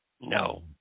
No